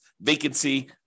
vacancy